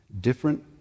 different